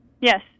Yes